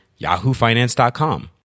yahoofinance.com